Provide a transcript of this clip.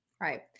Right